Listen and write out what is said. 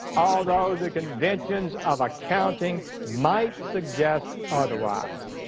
although the conventions of accounting might suggest otherwise.